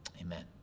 amen